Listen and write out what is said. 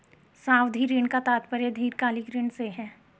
सावधि ऋण का तात्पर्य दीर्घकालिक ऋण से है